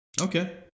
Okay